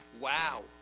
Wow